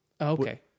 Okay